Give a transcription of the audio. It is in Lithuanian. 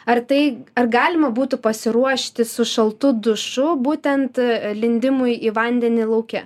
ar tai ar galima būtų pasiruošti su šaltu dušu būtent lindimui į vandenį lauke